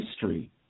history